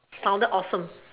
sounded awesome